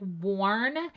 worn